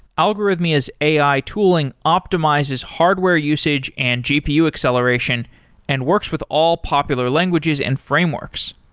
algorithmia's ai tooling optimizes hardware usage and gpu acceleration and works with all popular languages and frameworks.